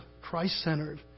Christ-centered